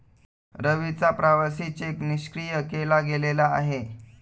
रवीचा प्रवासी चेक निष्क्रिय केला गेलेला आहे